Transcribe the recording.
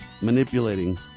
manipulating